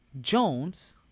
Jones